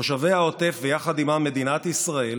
תושבי העוטף, ויחד עימם מדינת ישראל,